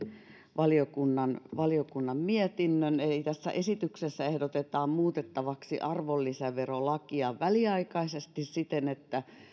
valiokunnan valiokunnan mietinnön eli tässä esityksessä ehdotetaan muutettavaksi arvonlisäverolakia väliaikaisesti siten että